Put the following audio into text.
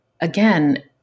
again